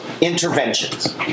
interventions